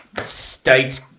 state